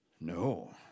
No